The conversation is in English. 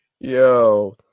Yo